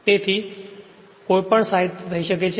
તેથી પરંતુ કોઈપણ સાઇડ પર તે થઈ શકે છે